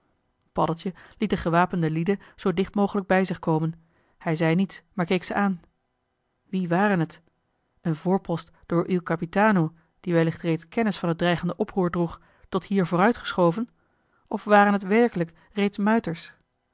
paddeltje liet de gewapende lieden zoo dicht mogelijk bij zich komen hij zei niets maar keek ze aan wie waren het een voorpost door il capitano die wellicht reeds kennis van het dreigende oproer droeg tot hier vooruitgeschoven of waren het werkelijk reeds